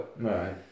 Right